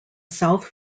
south